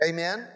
Amen